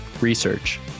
research